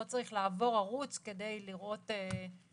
לא צריך לעבור ערוץ כדי לראות כתוביות.